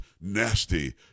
nasty